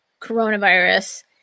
coronavirus